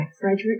frederick